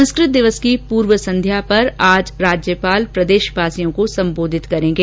संस्कृत दिवस की पूर्व संध्या पर आज राज्यपाल प्रदेशवासियों को सम्बोधित करेगें